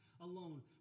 alone